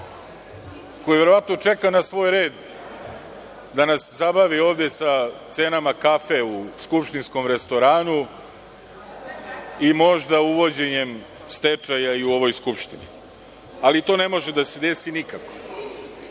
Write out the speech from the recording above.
koji verovatno čeka na svoj red da nas zabavi ovde sa cenama kafe u skupštinskom restoranu i možda uvođenjem stečaja i u ovoj Skupštini, ali to ne može da se desi